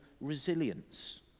resilience